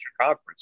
Conference